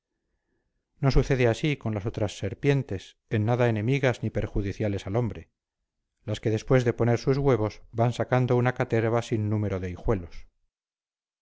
no sucede así con las otras serpientes en nada enemigas ni perjudiciales al hombre las que después de poner sus huevos van sacando una caterva sin número de hijuelos